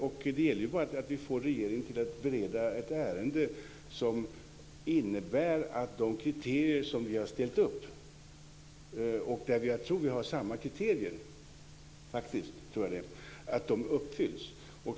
Det gäller ju bara vi får regeringen att bereda ett ärende som innebär att de kriterier som vi har ställt upp, och jag tror faktiskt att vi har samma kriterier, uppfylls.